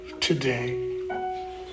today